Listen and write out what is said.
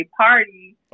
party